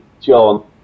John